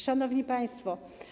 Szanowni Państwo!